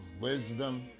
Wisdom